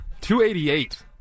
288